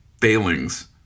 failings